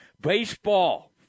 Baseball